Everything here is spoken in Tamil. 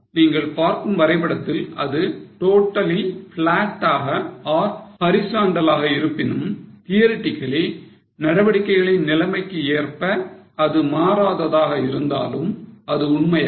நீங்கள் பார்க்கும் வரைபடத்தில் அது totally flat ஆக or horizontal லாக இருப்பினும் theoretically நடவடிக்கைகளின் நிலைக்கு ஏற்ப இது மாறாததாக இருந்தாலும் அது உண்மையல்ல